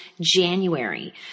January